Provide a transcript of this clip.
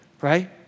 right